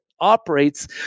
Operates